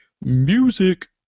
music